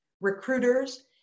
recruiters